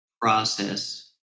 process